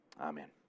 Amen